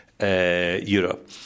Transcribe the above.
Europe